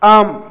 आम्